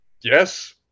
Yes